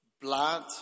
Blood